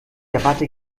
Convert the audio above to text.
erwarte